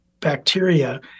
bacteria